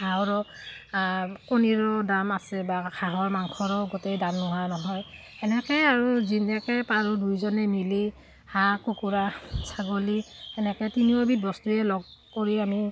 হাঁহৰো কণীৰো দাম আছে বা হাঁহৰ মাংসৰো গোটেই দাম নোহোৱা নহয় সেনেকৈয়ে আৰু যেনেকৈ পাৰোঁ দুয়োজনে মিলি হাঁহ কুকুৰা ছাগলী সেনেকৈ তিনিওবিধ বস্তুৱে লগ কৰি আমি